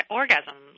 orgasm